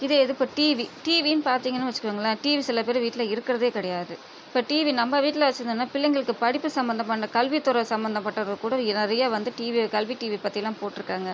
இதே இது இப்போது டிவி டிவினு பார்த்தீங்கன்னு வச்சுக்கோங்களேன் டிவி சில பேர் வீட்டில் இருக்கிறதே கிடையாது இப்போது டிவி நம்ம வீட்டில் வச்சு இருந்தோம்னால் பிள்ளைங்களுக்கு படிப்பு சம்மந்தமான கல்வித்துறை சம்மந்தப்பட்டது கூட நிறைய வந்து டிவி கல்வி டிவி பற்றிலாம் போட்டிருக்காங்க